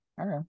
Okay